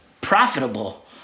profitable